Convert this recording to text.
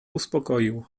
uspokoił